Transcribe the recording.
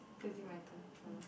so it will be my turn now